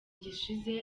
gishize